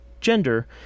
gender